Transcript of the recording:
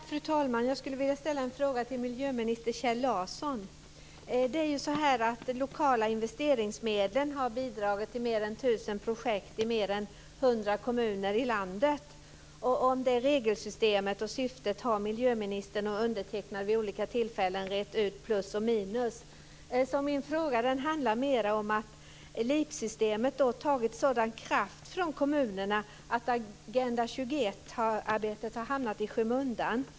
Fru talman! Jag skulle vilja ställa en fråga till miljöminister Kjell Larsson. Lokala investeringsmedel har bidragit till mer än 1 000 projekt i mer än 100 kommuner i landet. Vad gäller det regelsystemet och syftet har miljöministern och undertecknad vid olika tillfällen rett ut plus och minus. Min fråga handlar mer om att LIP-systemet tagit sådan kraft från kommunerna att Agenda 21-arbetet har hamnat i skymundan.